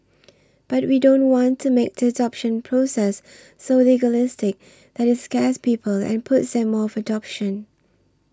but we don't want to make the adoption process so legalistic that it scares people and puts them off adoption